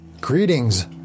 greetings